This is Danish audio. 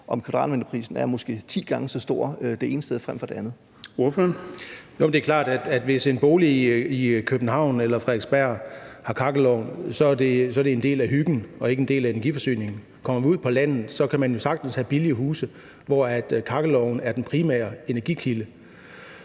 Ordføreren. Kl. 13:37 Søren Egge Rasmussen (EL): Det er klart, at hvis en bolig i København eller på Frederiksberg har brændeovn, så er det en del af hyggen og ikke en del af energiforsyningen. Kommer vi ud på landet, kan man sagtens have billige huse, hvor brændeovne er den primære energikilde.